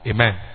Amen